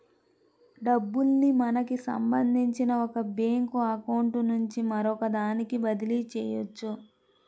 డబ్బుల్ని మనకి సంబంధించిన ఒక బ్యేంకు అకౌంట్ నుంచి మరొకదానికి బదిలీ చెయ్యొచ్చు